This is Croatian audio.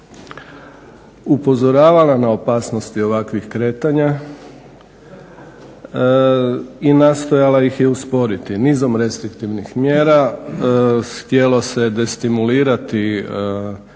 upozoravala na opasnosti ovakvih kretanja i nastojala ih je usporiti nizom restriktivnih mjera, htjelo se destimulirati